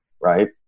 Right